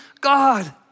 God